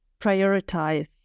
prioritize